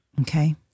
Okay